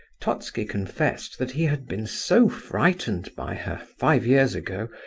totski confessed that he had been so frightened by her, five years ago,